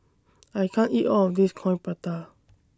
I can't eat All of This Coin Prata